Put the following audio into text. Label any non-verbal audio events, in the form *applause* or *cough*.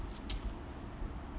*noise*